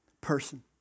person